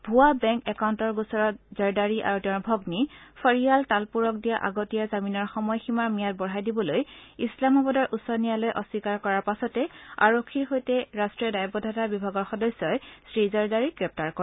ভূৱা বেংক একাউণ্টৰ গোচৰত জৰদাৰি আৰু তেওঁৰ ভগ্নি ফৰিয়াল তালপুৰক দিয়া আগতীয়া জামিনৰ সময়সীমাৰ ম্যাদ বঢ়াই দিবলৈ ইছলামাবাদ উচ্চ ন্যায়ালয়ে অস্বীকাৰ কৰাৰ পাছতেই আৰক্ষীৰ সৈতে ৰাষ্ট্ৰীয় দায়বদ্ধতা বিভাগৰ সদস্যই শ্ৰীজৰদাৰিক গ্ৰেপ্তাৰ কৰে